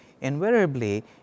invariably